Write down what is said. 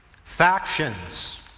Factions